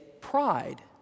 pride